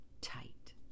tight